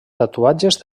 tatuatges